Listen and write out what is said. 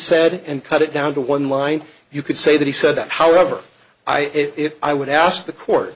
said and cut it down to one line you could say that he said that however i if i would ask the court